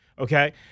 Okay